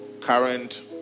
current